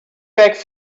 back